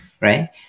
right